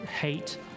hate